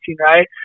right